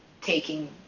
taking